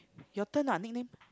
your turn ah nick name